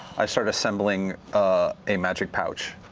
i started assembling a magic pouch,